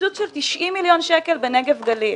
קיצוץ של 90 מיליון שקל בנגב וגליל.